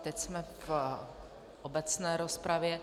Teď jsme v obecné rozpravě.